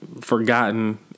forgotten